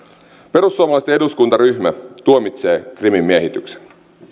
perussuomalaisten eduskuntaryhmä tuomitsee krimin miehityksen